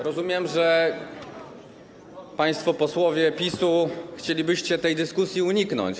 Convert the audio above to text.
Rozumiem, że państwo posłowie PiS-u chcielibyście tej dyskusji uniknąć.